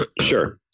Sure